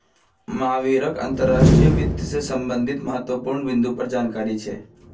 महावीरक अंतर्राष्ट्रीय वित्त से संबंधित महत्वपूर्ण बिन्दुर पर जानकारी छे